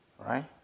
right